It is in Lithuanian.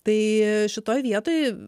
tai šitoj vietoj